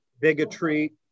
Bigotry